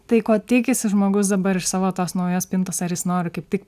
tai ko tikisi žmogus dabar iš savo tos naujos spintos ar jis nori kaip tik